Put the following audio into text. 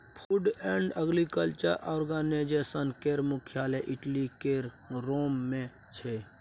food and agriculture organization केर मुख्यालय Italy केर रोम मे छै